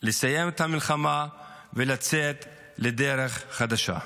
לסיים את המלחמה ולצאת לדרך חדשה.